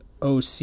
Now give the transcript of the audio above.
OC